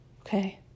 Okay